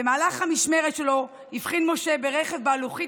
במהלך המשמרת שלו הבחין משה ברכב שלו לוחית